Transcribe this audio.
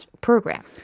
program